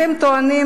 אתם טוענים: